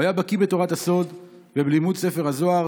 הוא היה בקי בתורת הסוד ובלימוד ספר הזוהר